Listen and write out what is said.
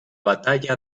batalla